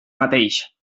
mateix